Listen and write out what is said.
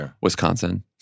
Wisconsin